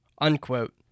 unquote